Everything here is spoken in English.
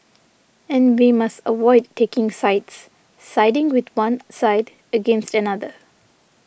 and we must avoid taking sides siding with one side against another